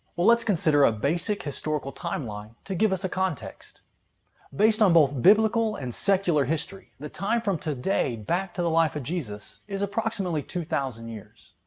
well, let's consider a basic historical timeline to give us a context based on both biblical and secular history, the time from today back to the life of jesus is approximately two thousand years.